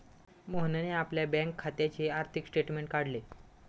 मोहनने आपल्या बँक खात्याचे आर्थिक स्टेटमेंट काढले